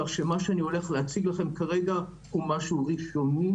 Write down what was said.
כך שמה שאני הולך להציג לכם כרגע הוא משהו ראשוני,